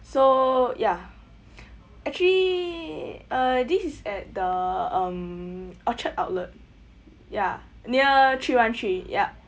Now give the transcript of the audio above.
so ya actually uh this is at the um orchard outlet ya near three one three yup